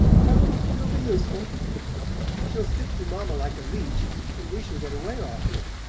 well, she'll be useful she'll stick to mamma like a leech and we shall get away oftener.